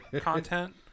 content